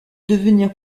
devenir